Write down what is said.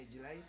life